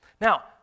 Now